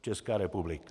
Česká republika.